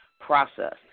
process